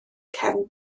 cefn